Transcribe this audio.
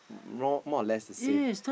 more more or less the same